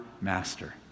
master